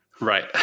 Right